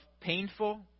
painful